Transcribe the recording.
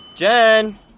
Jen